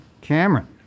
Cameron